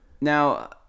Now